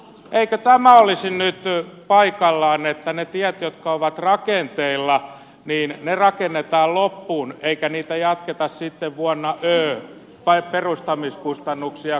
eikö tämä olisi nyt paikallaan että ne tiet jotka ovat rakenteilla rakennetaan loppuun eikä niitä jatketa sitten vuonna ö